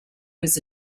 was